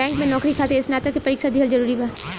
Bank में नौकरी खातिर स्नातक के परीक्षा दिहल जरूरी बा?